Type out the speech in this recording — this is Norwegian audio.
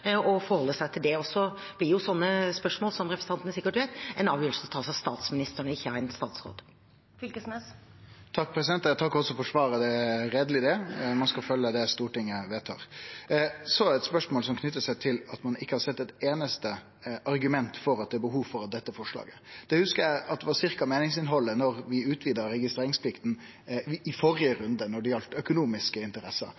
og forholder seg til det. Så blir jo sånne spørsmål, som representanten sikkert vet, en avgjørelse som tas av statsministeren og ikke av en statsråd. Eg takkar for svaret. Det er heiderleg det – ein skal følgje det Stortinget vedtar. Så eit spørsmål som knyter seg til at ein ikkje har sett eit einaste argument for at det er behov for dette forslaget. Det hugsar eg at var ca. meiningsinnhaldet da vi utvida registreringsplikta i førre runde når det gjaldt økonomiske interesser